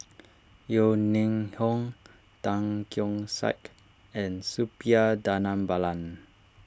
Yeo Ning Hong Tan Keong Saik and Suppiah Dhanabalan